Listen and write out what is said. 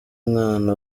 umwana